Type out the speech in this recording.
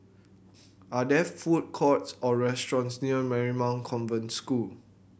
are there food courts or restaurants near Marymount Convent School